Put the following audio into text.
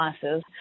classes